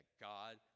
God